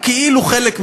כאילו חלק מדירה,